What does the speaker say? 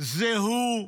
זה הוא,